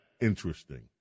interesting